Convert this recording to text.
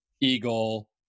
eagle